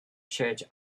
church